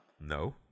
no